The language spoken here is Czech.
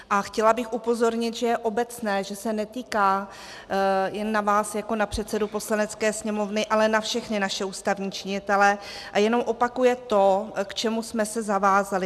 A chtěla bych upozornit, že je obecné, že se netýká, jen na vás jako na předsedu Poslanecké sněmovny, ale na všechny naše ústavní činitele a jenom opakuje to, k čemu jsme se zavázali.